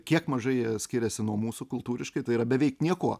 kiek mažai jie skiriasi nuo mūsų kultūriškai tai yra beveik niekuo